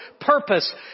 purpose